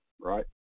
right